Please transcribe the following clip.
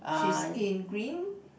she's in green